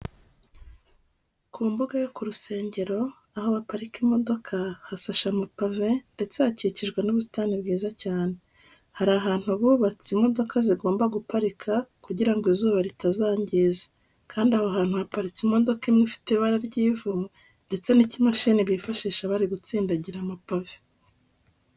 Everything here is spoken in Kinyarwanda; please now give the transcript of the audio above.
Ku mbuga yo ku rusengero, aho baparika imodoka hasashe amapave ndetse hakikijwe n'ubusitani bwiza cyane. Hari ahantu bubatse imodoka zigomba guparika kugira ngo izuba ritazangiza kandi aho hantu haparitse imodoka imwe ifite ibara ry'ivu ndetse n'ikimashini bifashisha bari gutsindagira amapave.